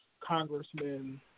congressmen